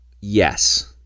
yes